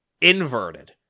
inverted